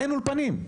אין אולפנים.